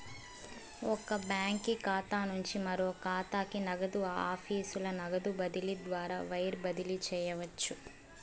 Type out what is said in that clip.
ఒక బాంకీ ఖాతా నుంచి మరో కాతాకి, నగదు ఆఫీసుల నగదు బదిలీ ద్వారా వైర్ బదిలీ చేయవచ్చు